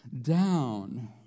down